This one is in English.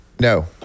No